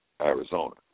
Arizona